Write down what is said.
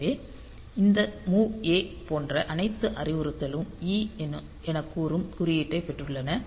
எனவே இந்த mov a போன்ற அனைத்து அறிவுறுத்தலும் E எனக் கூறும் குறியீட்டைப் பெற்றுள்ளன